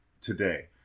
today